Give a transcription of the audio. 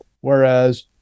Whereas